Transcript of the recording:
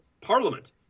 parliament